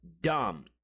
dumb